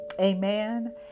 Amen